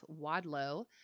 Wadlow